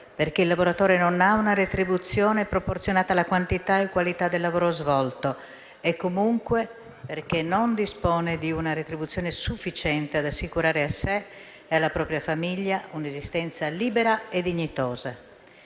perché il lavoratore non ha una retribuzione proporzionata alla quantità e alla qualità del lavoro svolto e perché comunque non dispone di una retribuzione sufficiente ad assicurare a sé e alla sua famiglia un'esistenza libera e dignitosa.